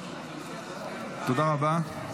תודה רבה.